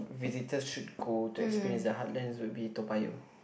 visitors should go to experience the heartlands would be Toa-Payoh